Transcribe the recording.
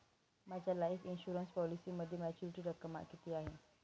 माझ्या life insurance पॉलिसीमध्ये maturity रक्कम किती आहे?